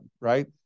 right